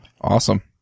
Awesome